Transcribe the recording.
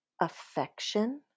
affection